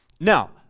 Now